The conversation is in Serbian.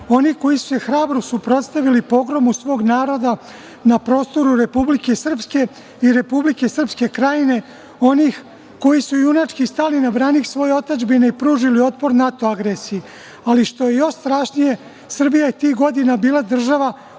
oni koji su se hrabro suprotstavili pogromu svog naroda na prostoru Republike Srpske i Republike Srpske Krajine, onih koji su junački stali na branik svoje otadžbine i pružili otpor NATO agresiji. Ali, što je još strašnije, Srbija je tih godina bila država